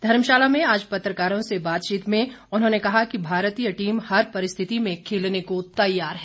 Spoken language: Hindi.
धर्मशाला में आज पत्रकारों से बातचीत में उन्होंने कहा कि भारतीय टीम हर परिस्थिति में खेलने को तैयार हैं